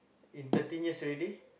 in thirteen years already